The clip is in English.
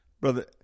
Brother